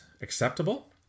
Acceptable